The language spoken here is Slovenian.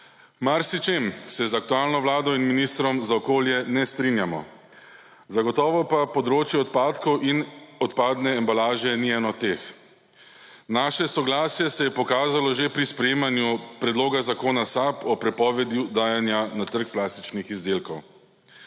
marsičem se z aktualno vlado in ministrom za okolje ne strinjamo, zagotovo pa področje odpadkov in odpadne embalaže ni eno od teh. Naše soglasje se je pokazalo že pri sprejemanju predloga zakona SAB o prepovedi dajanja na trg plastičnih izdelkov.